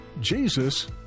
Jesus